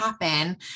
happen